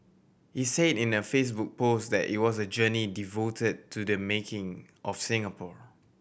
he say in a Facebook post that it was a journey devoted to the making of Singapore